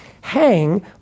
hang